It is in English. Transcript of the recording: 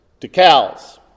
decals